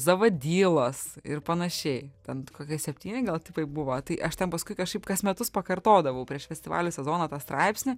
zavadylos ir panašiai ten kokie septyni gal tipai buvo tai aš ten paskui kažkaip kas metus pakartodavau prieš festivalių sezoną tą straipsnį